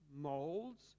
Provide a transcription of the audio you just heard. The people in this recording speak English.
molds